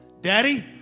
Daddy